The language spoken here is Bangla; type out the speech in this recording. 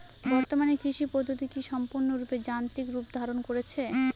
বর্তমানে কৃষি পদ্ধতি কি সম্পূর্ণরূপে যান্ত্রিক রূপ ধারণ করেছে?